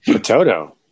Toto